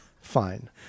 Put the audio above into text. fine